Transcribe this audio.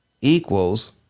equals